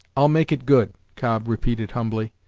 i'll make it good cobb repeated humbly,